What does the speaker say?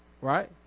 right